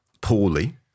poorly